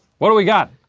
what do we got?